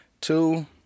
Two